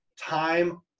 time